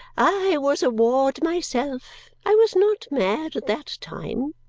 i was a ward myself. i was not mad at that time,